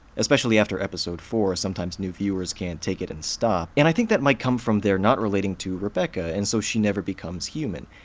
especially after episode four, sometimes new viewers can't take it and stop. and i think that might come from their not relating to rebecca, and so she never becomes human.